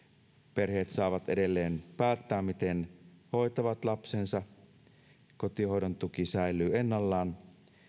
perheet saavat edelleen päättää miten hoitavat lapsensa kotihoidon tuki säilyy ennallaan